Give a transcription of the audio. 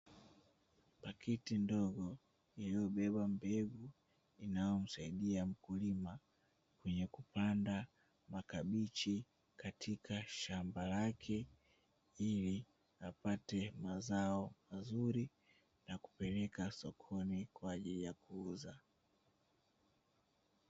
Pakiti ndogo iliyobeba mbegu inayomsaidia mkulima kwenye kupanda makabichi katika shamba lake ili apate mazao mazuri na kupeleka sokoni kwa ajili ya kuuza.